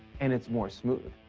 and it's more smooth.